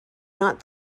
not